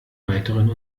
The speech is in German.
weiteren